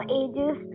ages